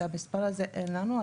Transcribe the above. את המספר הזה אין לנו.